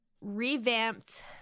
revamped